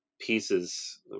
pieces